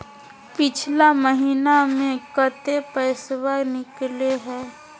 पिछला महिना मे कते पैसबा निकले हैं?